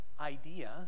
idea